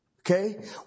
Okay